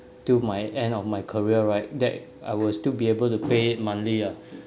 till my end of my career right that I will still be able to pay monthly ah